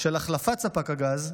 של החלפת ספק הגז,